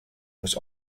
was